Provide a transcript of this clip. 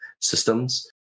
systems